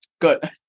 Good